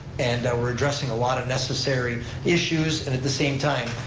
and we're addressing a lot of necessary issues and at the same time,